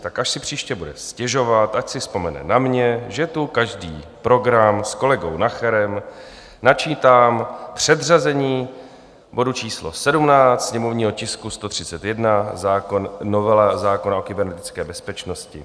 Tak až si příště bude stěžovat, ať si vzpomene na mě, že tu každý program s kolegou Nacherem načítám předřazení bodu číslo 17, sněmovního tisku 131, novela zákona o kybernetické bezpečnosti.